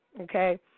okay